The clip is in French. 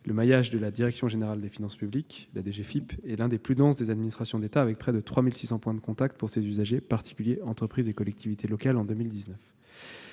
Le maillage de la direction générale des finances publiques est l'un des plus denses de l'administration d'État avec, en 2019, près de 3 600 points de contact avec les usagers, particuliers, entreprises et collectivités locales.